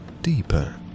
deeper